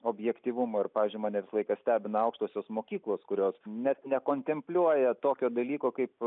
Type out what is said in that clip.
objektyvumo ir pavyzdžiui mane visą laiką stebina aukštosios mokyklos kurios net ne kontempliuoja tokio dalyko kaip